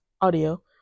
audio